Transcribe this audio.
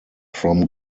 from